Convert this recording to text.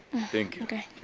thank you. okay.